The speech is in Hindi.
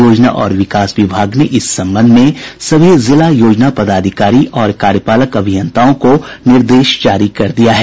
योजना और विकास विभाग ने इस संबंध में सभी जिला योजना पदाधिकारी और कार्यपालक अभियंताओं को निर्देश जारी किया है